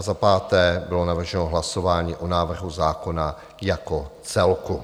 Za páté bylo navrženo hlasování o návrhu zákona jako celku.